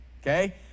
okay